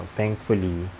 Thankfully